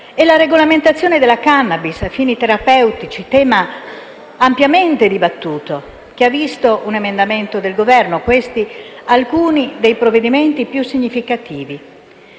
e la regolamentazione della *cannabis* a fini terapeutici - tema ampiamente dibattuto, che ha visto un emendamento del Governo - sono alcuni dei provvedimenti più significativi.